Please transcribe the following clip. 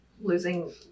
losing